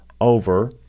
over